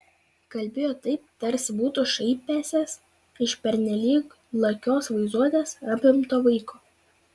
kalbėjo taip tarsi būtų šaipęsis iš pernelyg lakios vaizduotės apimto vaiko